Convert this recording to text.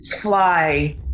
fly